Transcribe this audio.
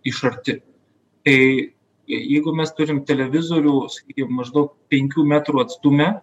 iš arti tai jeigu mes turim televizorių sakykim maždaug penkių metrų atstume